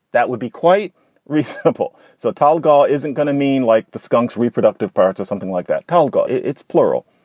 that would be quite reasonable. so tall gaul isn't going to mean like the skunks reproductive parts or something like that. talgo. it's plural.